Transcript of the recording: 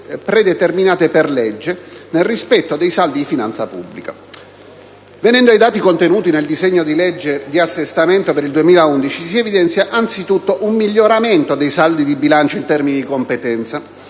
predeterminate per legge, nel rispetto dei saldi di finanza pubblica. Venendo ai dati contenuti nel disegno di legge di assestamento per il 2011, si evidenzia anzitutto un miglioramento dei saldi di bilancio in termini di competenza,